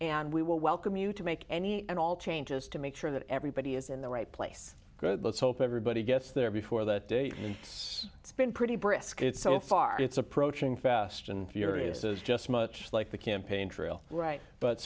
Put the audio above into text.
and we will welcome you to make any and all changes to make sure that everybody is in the right place let's hope everybody gets there before that day it's it's been pretty brisk it's so far it's approaching fast and furious is just much like the campaign trail right but